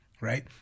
right